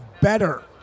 better